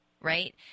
right